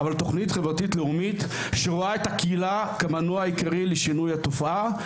תוכנית חברתית לאומית שרואה את הקהילה כמנוע עיקרי לשינוי התופעה.